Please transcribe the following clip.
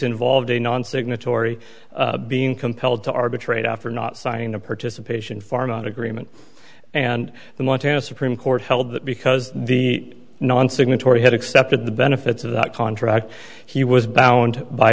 involved a non signatory being compelled to arbitrate after not signing a participation farm agreement and the montana supreme court held that because the non signatory had accepted the benefits of that contract he was bound by